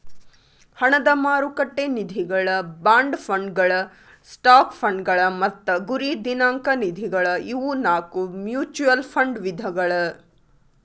ಹಣದ ಮಾರುಕಟ್ಟೆ ನಿಧಿಗಳ ಬಾಂಡ್ ಫಂಡ್ಗಳ ಸ್ಟಾಕ್ ಫಂಡ್ಗಳ ಮತ್ತ ಗುರಿ ದಿನಾಂಕ ನಿಧಿಗಳ ಇವು ನಾಕು ಮ್ಯೂಚುಯಲ್ ಫಂಡ್ ವಿಧಗಳ